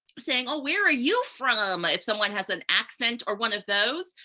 saying, oh, where are you from? if someone has an accent or one of those,